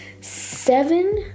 seven